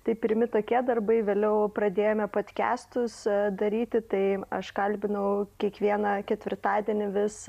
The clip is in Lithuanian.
tai pirmi tokie darbai vėliau pradėjome podkestus daryti tai aš kalbinau kiekvieną ketvirtadienį vis